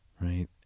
right